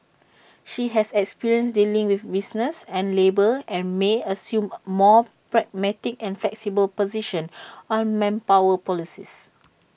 she has experience dealing with business and labour and may assume A more pragmatic and flexible position on manpower policies